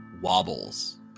wobbles